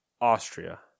Austria